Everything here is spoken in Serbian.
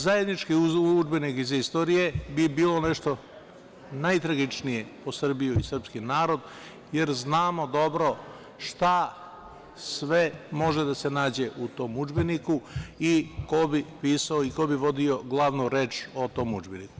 Zajednički udžbenik iz istorije bi bilo nešto najtragičnije po Srbiju i srpski narod, jer znamo dobro šta sve može da se nađe u tom udžbeniku i ko bi pisao i ko bi vodio glavnu reč o tom udžbeniku.